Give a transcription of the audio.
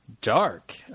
dark